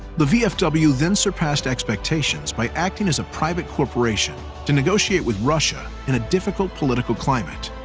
the vfw then surpassed expectations by acting as a private corporation to negotiate with russia in a difficult political climate,